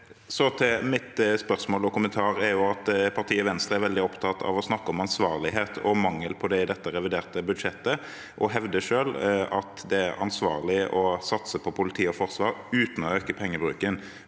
Så til mitt spørsmål og min kommentar: Partiet Venstre er veldig opptatt av å snakke om ansvarlighet og mangel på det i dette reviderte budsjettet. De hevder det er ansvarlig å satse på politi og forsvar uten å øke penge